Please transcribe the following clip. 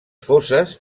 fosses